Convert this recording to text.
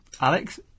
Alex